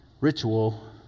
ritual